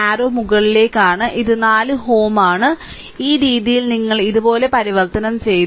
അരരൌ മുകളിലേക്കാണ് ഇത് 4Ω ആണ്